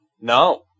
No